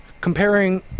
comparing